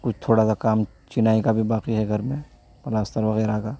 کچھ تھوڑا سا کام چنائی کا بھی باقی ہے گھر میں پلاستر وغیرہ کا